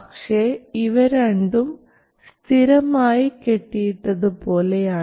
പക്ഷേ ഇവ രണ്ടും സ്ഥിരമായി കെട്ടിയിട്ടതുപോലെയാണ്